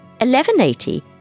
1180